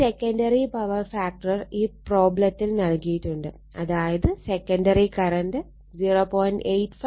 ഈ secondary power factor ഈ പ്രോബ്ലത്തിൽ നൽകിയിട്ടുണ്ട് അതായത് സെക്കണ്ടറി കറണ്ട് 0